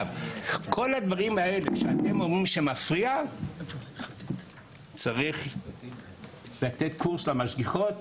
כל הדברים האלה שאתם אומרים שמפריעים צריך לתת קורס למשגיחות,